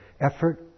effort